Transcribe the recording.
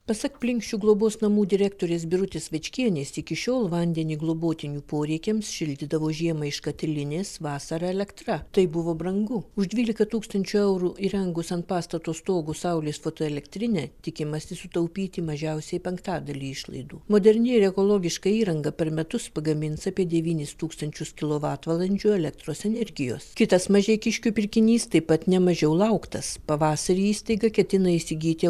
pasak plinkšių globos namų direktorės birutės vičkienės iki šiol vandenį globotinių poreikiams šildydavo žiemą iš katilinės vasarą elektra tai buvo brangu už dvylika tūkstančių eurų įrengus ant pastato stogo saulės fotoelektrinę tikimasi sutaupyti mažiausiai penktadalį išlaidų moderni ir ekologiška įranga per metus pagamins apie devynis tūkstančius kilovatvalandžių elektros energijos kitas mažeikiškių pirkinys taip pat ne mažiau lauktas pavasarį įstaiga ketina įsigyti